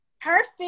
perfect